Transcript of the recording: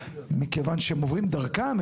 כיוון שהם עוברים דרכם.